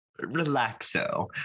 Relaxo